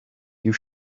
you